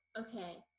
okay